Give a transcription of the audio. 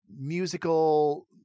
musical